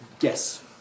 Yes